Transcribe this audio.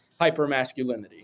hypermasculinity